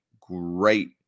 great